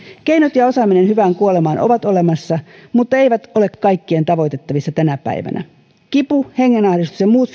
keinot ja osaaminen hyvään kuolemaan ovat olemassa mutta eivät ole kaikkien tavoitettavissa tänä päivänä kipu hengenahdistus ja muut